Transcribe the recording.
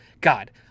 God